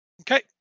Okay